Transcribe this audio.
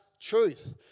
truth